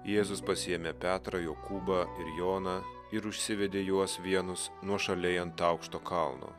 jėzus pasiėmė petrą jokūbą ir joną ir užsivedė juos vienus nuošaliai ant aukšto kalno